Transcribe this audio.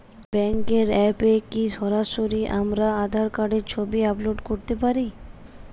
ব্যাংকের অ্যাপ এ কি সরাসরি আমার আঁধার কার্ডের ছবি আপলোড করতে পারি?